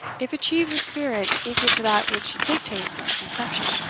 if achieved with spirit equal to that which dictates its conception,